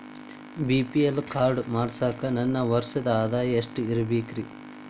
BPL card ಮಾಡ್ಸಾಕ ನನ್ನ ವರ್ಷದ್ ಆದಾಯ ಎಷ್ಟ ಇರಬೇಕ್ರಿ?